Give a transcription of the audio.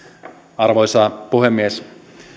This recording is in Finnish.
arvoisa puhemies